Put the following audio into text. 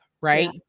right